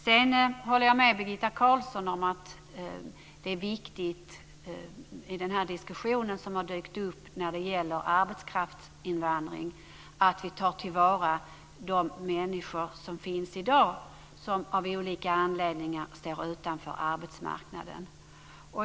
Jag håller med Birgitta Carlsson om att det i den diskussion som har dykt upp när det gäller arbetskraftsinvandring är viktigt att vi tar till vara de människor som finns i dag, som av olika anledningar står utanför arbetsmarknaden.